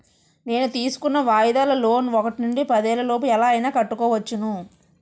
నేను తీసుకున్న వాయిదాల లోన్ ఒకటి నుండి పదేళ్ళ లోపు ఎలా అయినా కట్టుకోవచ్చును